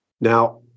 Now